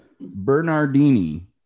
Bernardini